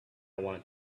want